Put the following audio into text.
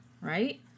right